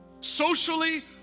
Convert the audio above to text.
Socially